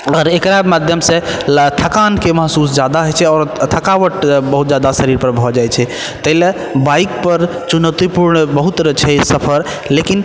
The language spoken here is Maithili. आओर एकरा माध्यम से थकानके महसूस जादा होइ छै आओर थकावट बहुत जादा शरीर पर भऽ जाइ छै ताहि लए बाइक पर चुनौतीपूर्ण बहुत तरह छै सफर लेकिन